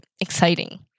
exciting